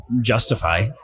justify